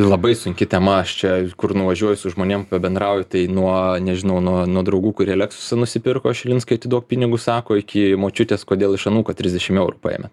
labai sunki tema aš čia kur nuvažiuoju su žmonėm pabendrauju tai nuo nežinau nuo nuo draugų kurie leksusą nusipirko šilinskai atiduok pinigus sako iki močiutės kodėl iš anūko trisdešim eurų paėmė